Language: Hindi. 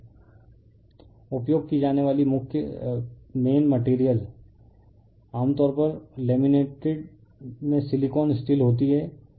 रिफर स्लाइड टाइम 1844 उपयोग की जाने वाली मैंन मटेरियल आमतौर पर लैमिनेटेड में सिलिकॉन स्टील होती है